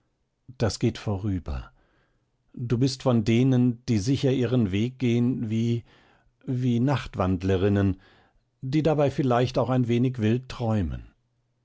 das geht vorüber du bist von denen die sicher ihren weg gehen wie wie nachtwandlerinnen die dabei vielleicht auch ein wenig wild träumen